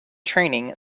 training